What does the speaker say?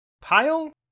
pile